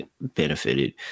benefited